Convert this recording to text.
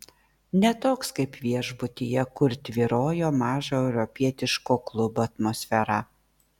ne toks kaip viešbutyje kur tvyrojo mažo europietiško klubo atmosfera